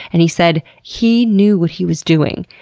and he said he knew what he was doing.